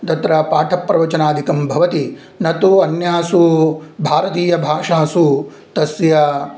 तत्र पाठप्रवचनादिकं भवति न तु अन्यासु भारतीयभाषासु तस्य